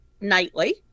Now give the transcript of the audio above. nightly